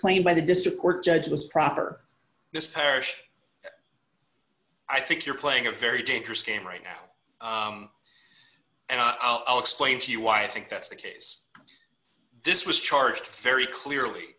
claim by the district court judge was proper this parish i think you're playing a very dangerous game right now and i'll explain to you why i think that's the case this was charged very clearly